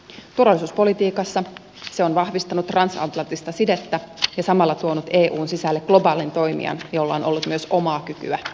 turvallisuuspolitiikassa se on vahvistanut transatlanttista sidettä ja samalla tuonut eun sisälle globaalin toimijan jolla on ollut myös omaa kykyä voimankäyttöön